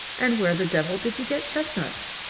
and where the devil did you get chestnuts?